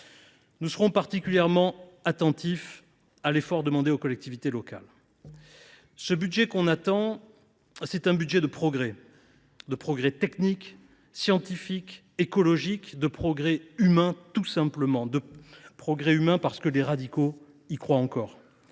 Nous serons donc particulièrement attentifs à l’effort demandé aux collectivités locales. Le budget que nous attendons, c’est encore un budget de progrès : de progrès techniques, scientifiques et écologiques ; de progrès humain, tout simplement, ce progrès auquel les radicaux croient encore.